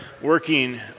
working